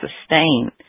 sustain